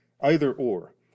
either-or